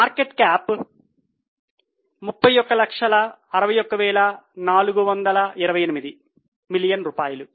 market cap 3161428 million రూపాయలు